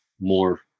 more